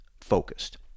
focused